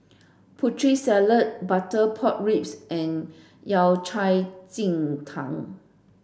putri salad butter pork ribs and Yao Cai Ji Tang